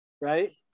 right